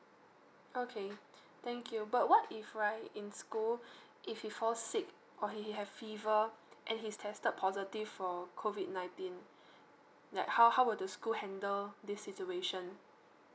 okay thank you but what if right in school if he fall sick or he he have fever and he's tested positive for COVID nineteen like how how would the school handle this situation